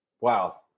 Wow